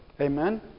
Amen